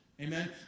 amen